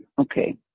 Okay